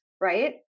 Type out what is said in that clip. right